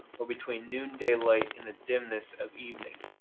or between noon-day light and the dimness of evening.